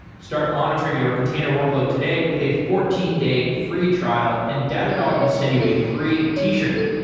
start monitoring your container workload today with a fourteen day free trial and datadog will send you a free t-shirt.